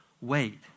wait